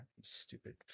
stupid